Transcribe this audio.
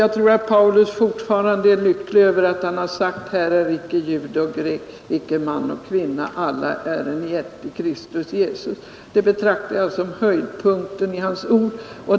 Jag tror att Paulus fortfarande är lycklig över att han sagt: ”Här är icke jude eller grek, här är icke träl eller fri, här är icke man eller kvinna: alla ären I ett i Kristus Jesus.” Det betraktar jag som höjdpunkten i hans ord.